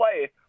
play